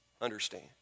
Understand